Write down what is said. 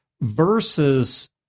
versus